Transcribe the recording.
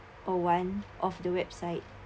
or one of the website